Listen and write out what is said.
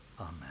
amen